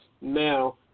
now